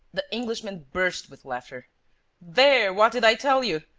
the englishman burst with laughter there, what did i tell you?